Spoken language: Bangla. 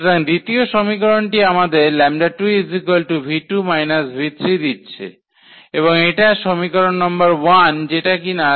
সুতরাং দ্বিতীয় সমীকরণটি আমাদের দিচ্ছে এবং এটা সমীকরণ নম্বর 1 যেটা কিনা